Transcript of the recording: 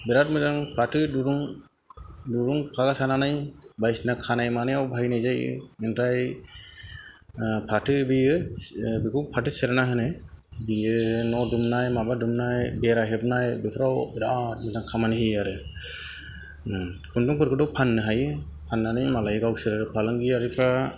बेराद मोजां फाथो दुरुं दुरुं फागा सानानै बायसिना खानाय मानायाव बाहायना जायो बेनिफ्राय फाथो बेयो बेखौ फाथो सेरना होनो बियो न' दुमनाय माबा दुमनाय बेरा हेबनाय बेफोराव बेराद मोजां खामानि होयो आरो खुन्दुंफोरखौथ' फाननो हायो फाननानै मालाय गावसोर फालांगियारिफोरा